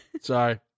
Sorry